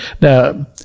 now